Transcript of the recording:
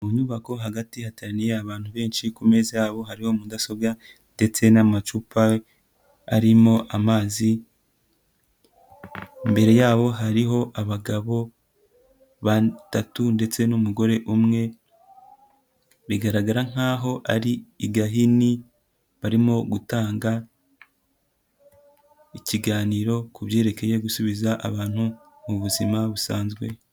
Mu nyubako hagati ya hateye abantu benshi, ku meza yabo hariho mudasobwa ndetse n'amacupa arimo amazi, imbere yabo hariho abagabo batatu ndetse n'umugore umwe, bigaragara nkaho ari i Gahini barimo gutanga ikiganiro ku byerekeye gusubiza abantu mu buzima busanzwe.